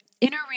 inner